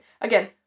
Again